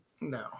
No